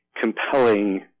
Compelling